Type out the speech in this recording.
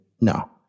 no